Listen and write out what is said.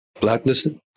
Blacklisted